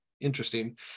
interesting